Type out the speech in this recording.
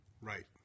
Right